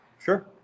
sure